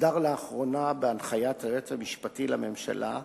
הוסדר לאחרונה בהנחיית היועץ המשפטי לממשלה,